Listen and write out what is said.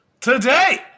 today